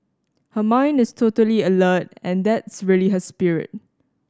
her mind is totally alert and that's really her spirit